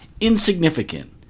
insignificant